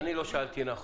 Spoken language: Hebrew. אז אני לא שאלתי נכון.